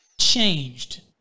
changed